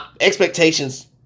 expectations